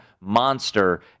monster